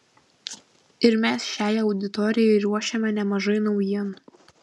ir mes šiai auditorijai ruošiame nemažai naujienų